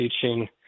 teaching